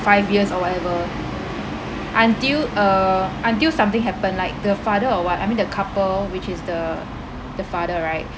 five years or whatever until uh until something happened like the father or what I mean the couple which is the the father right